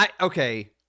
Okay